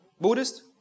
Buddhist